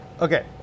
Okay